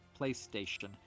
PlayStation